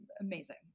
amazing